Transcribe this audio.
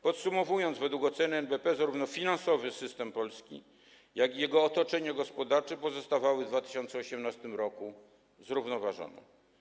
Podsumowując, według oceny NBP zarówno finansowy system polski, jak i jego otoczenie gospodarcze pozostawały w 2018 r. zrównoważone.